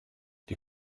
die